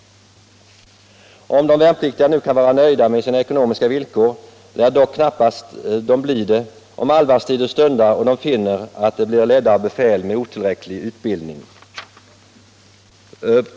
Om de värnpliktiga nu kan vara nöjda med sina ekonomiska villkor lär de dock knappast bli det om allvarstider stundar och de finner att de blir ledda av befäl med otillräcklig utbildning.